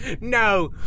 No